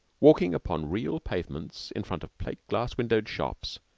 walking upon real pavements in front of plate-glass-windowed shops,